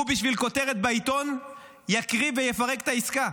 בשביל כותרת בעיתון הוא יקריב ויפרק את העסקה.